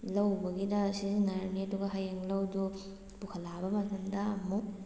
ꯂꯧ ꯎꯕꯒꯤꯗ ꯁꯤꯖꯤꯟꯅꯔꯅꯤ ꯑꯗꯨꯒ ꯍꯌꯦꯡ ꯂꯧꯗꯨ ꯄꯨꯈꯠꯂꯛꯂꯕ ꯃꯇꯝꯗ ꯑꯃꯨꯛ